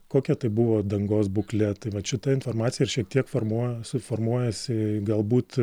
kokia tai buvo dangos būklė tai vat šita informacija ir šiek tiek formuoja su formuojasi galbūt